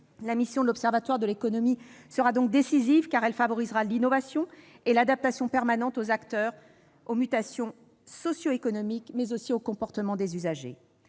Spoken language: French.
la mission de l'observatoire de l'économie sera décisive, car elle favorisera l'innovation et l'adaptation permanente des acteurs aux mutations socio-économiques, mais aussi aux comportements des usagers.